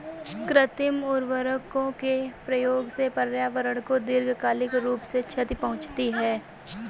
कृत्रिम उर्वरकों के प्रयोग से पर्यावरण को दीर्घकालिक रूप से क्षति पहुंचती है